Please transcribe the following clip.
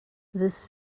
this